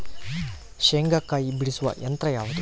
ಶೇಂಗಾಕಾಯಿ ಬಿಡಿಸುವ ಯಂತ್ರ ಯಾವುದು?